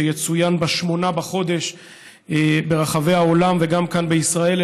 שיצוין ב-8 בחודש ברחבי העולם וגם כאן בישראל,